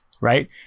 right